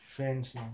fans lah